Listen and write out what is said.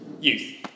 Youth